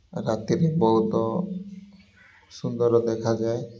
ରାତିରେ ବହୁତ ସୁନ୍ଦର ଦେଖାଯାଏ